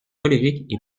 colérique